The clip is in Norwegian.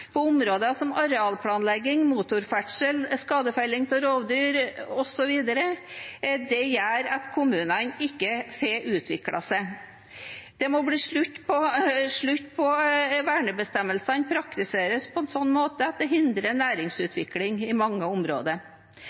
på områder som arealplanlegging, motorferdsel, skadefelling av rovdyr osv. gjør at kommunene ikke får utviklet seg. Det må bli slutt på at vernebestemmelsene praktiseres på en slik måte at det hindrer næringsutvikling i mange områder.